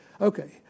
Okay